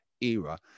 era